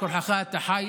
על כורחך אתה חי,